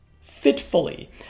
fitfully